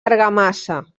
argamassa